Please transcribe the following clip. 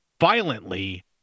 violently